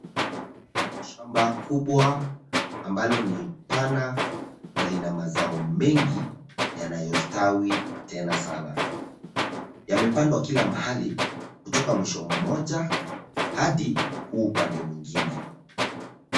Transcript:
Shamba kubwa, ambalo ni pana, na lina mazao mengi yanayostawi tena sana. Yamepandwa kila mahali, kutoka mwisho mmoja hadi huu upande mwingine.